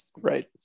right